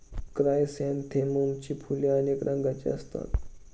क्रायसॅन्थेममची फुले अनेक रंगांची असतात